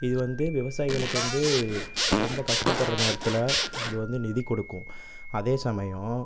இது வந்து விவசாயிகளுக்கு வந்து ரொம்ப கஷ்டப்படுற நேரத்தில் இது வந்து நிதி கொடுக்கும் அதே சமயம்